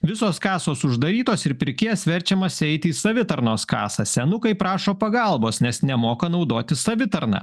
visos kasos uždarytos ir pirkėjas verčiamas eiti į savitarnos kasą senukai prašo pagalbos nes nemoka naudotis savitarna